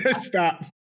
Stop